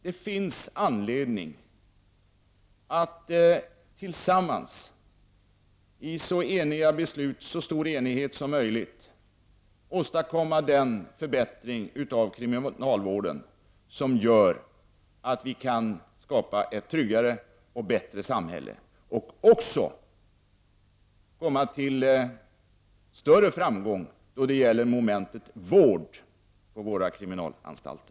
Det finns anledning att tillsammans i så stor enighet som möjligt åstadkomma den förbättring av kriminalvården som gör att vi kan skapa ett tryggare och bättre samhälle, liksom nå större framgång när det gäller momentet vård på våra kriminalvårdsanstalter.